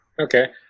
Okay